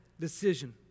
decision